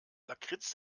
lakritz